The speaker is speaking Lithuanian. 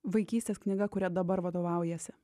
vaikystės knyga kuria dabar vadovaujasi